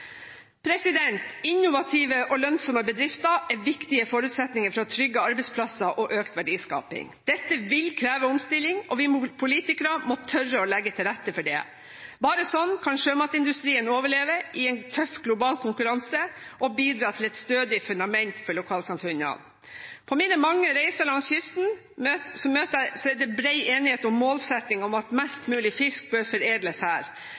Innovative og lønnsomme bedrifter er viktige forutsetninger for trygge arbeidsplasser og økt verdiskaping. Dette vil kreve omstilling, og vi politikere må tørre å legge til rette for det. Bare sånn kan sjømatindustrien overleve i tøff global konkurranse og bidra til et stødig fundament for lokalsamfunnene. På mine mange reiser langs kysten er det bred enighet om målsettingen om at mest mulig av fisken bør foredles her,